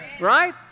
Right